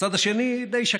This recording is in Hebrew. בצד השני די שקט.